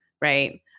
right